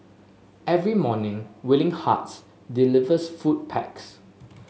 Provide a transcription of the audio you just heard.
every morning Willing Hearts delivers food packs